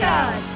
God